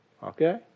Okay